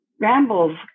rambles